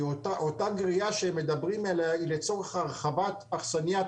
אותה גריעה שמדברים עליה היא לצורך הרחבת אכסנייה,